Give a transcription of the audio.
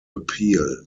appeal